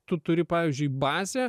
tu turi pavyzdžiui bazę